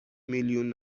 میلیون